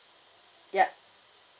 yup